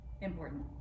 Important